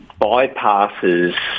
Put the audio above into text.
bypasses